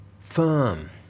firm